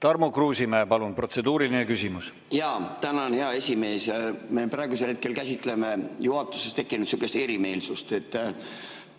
Tarmo Kruusimäe, palun! Protseduuriline küsimus. Jaa. Tänan, hea esimees! Me praegusel hetkel käsitleme juhatuses tekkinud sihukest erimeelsust.